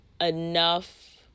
enough